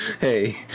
Hey